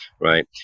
right